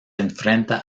enfrenta